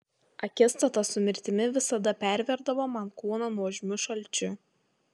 akistata su mirtimi visada perverdavo man kūną nuožmiu šalčiu